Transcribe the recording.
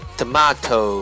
Tomato